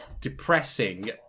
depressing